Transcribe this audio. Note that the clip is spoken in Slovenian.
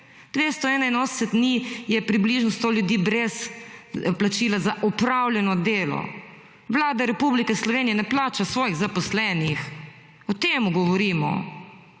281 ni, je približno sto ljudi brez plačila za opravljeno delo. Vlada Republike Slovenije ne plača svojih zaposlenih. O temu govorimo.